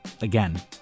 Again